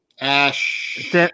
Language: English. Ash